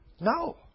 No